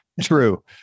True